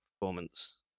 performance